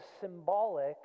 symbolic